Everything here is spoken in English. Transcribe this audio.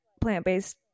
plant-based